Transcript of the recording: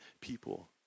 people